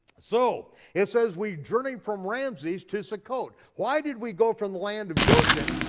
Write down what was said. so it says we journeyed from ramesses to succoth, why did we go from the land of goshen,